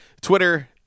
Twitter